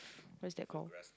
what's that called